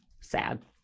sad